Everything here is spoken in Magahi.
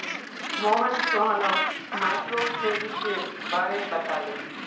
मोहन सोहानोक माइक्रोक्रेडिटेर बारे बताले